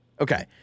Okay